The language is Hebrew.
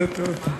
זה טוב.